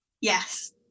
Yes